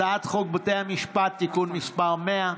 הצעת חוק בתי המשפט (תיקון מס' 100)